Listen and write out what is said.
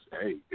hey